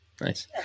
Nice